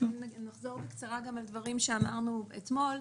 נחזור בקצרה גם על דברים שאמרנו אתמול.